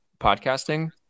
podcasting